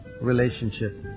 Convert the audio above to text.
relationship